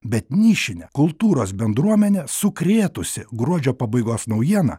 bet nišinę kultūros bendruomenę sukrėtusi gruodžio pabaigos naujiena